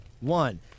One